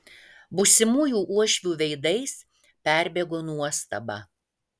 būsimųjų uošvių veidais perbėgo nuostaba